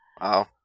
Wow